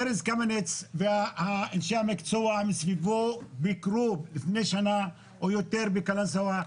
ארז קמיניץ ואנשי המקצוע מסביבו ביקרו לפני שנה או יותר בקלנסואה,